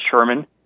Sherman